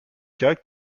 cas